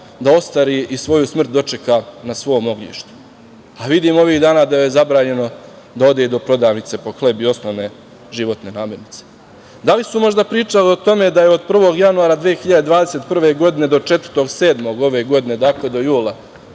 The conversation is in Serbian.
da ostari i svoju smrt dočeka na svom ognjištu? Vidim ovih dana da kojoj je zabranjeno da ode do prodavnice po hleb i osnovne životne namirnice. Da li su možda pričali o tome da je od 1. januara 2021. godine do 4. jula ove godine, dakle do jula,